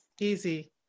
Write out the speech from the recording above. Easy